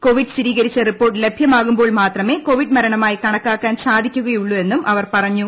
Covid സ്ഥിരീകരിച്ച report ലഭ്യമാകുമ്പോൾ മാത്രമേ കോവിഡ് മരണമായി കണക്കാക്കാൻ സാധിക്കുകയുള്ളൂ എന്നും അവർ പറഞ്ഞു